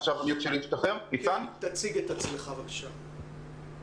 כל הזמן יש להם את הארגונים ששומרים עליהם כמו: הסתדרות המורים,